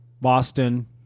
Boston